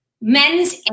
Men's